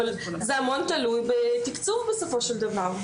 זה המון תלוי בתיקצוב בסופו של דבר.